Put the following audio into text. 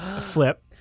Flip